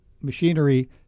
machinery